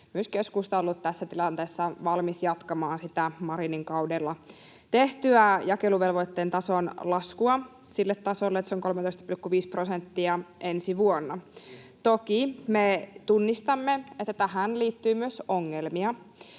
myös keskusta on ollut tässä tilanteessa valmis jatkamaan sitä Marinin kaudella tehtyä jakeluvelvoitteen tason laskua sille tasolle, että se on 13,5 prosenttia ensi vuonna. Toki me tunnistamme, että tähän liittyy myös ongelmia.